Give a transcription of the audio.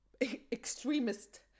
extremist